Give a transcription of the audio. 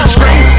Scream